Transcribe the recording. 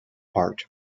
part